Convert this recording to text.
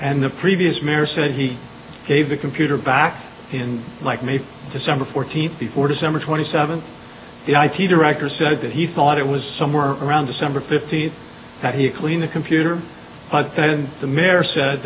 and the previous mayor said he gave the computer back in like may december fourteenth before december twenty seventh director said that he thought it was somewhere around december fifteenth that he cleaned the computer but then the mayor said